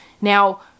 Now